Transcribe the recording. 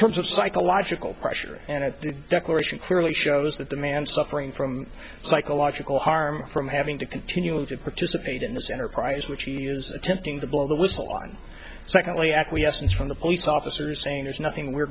terms of psychological pressure and at the declaration clearly shows that the man suffering from psychological harm from having to continue to participate in this enterprise which he is attempting to blow the whistle on secondly acquiescence from the police officers saying there's nothing we